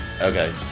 Okay